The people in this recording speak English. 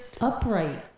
upright